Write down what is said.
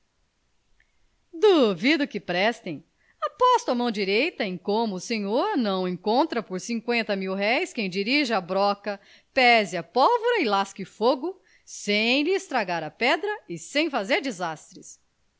preço duvido que prestem aposto a mão direita em como o senhor não encontra por cinqüenta mil-réis quem dirija a broca pese a pólvora e lasque fogo sem lhe estragar a pedra e sem fazer desastres